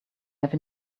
have